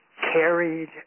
carried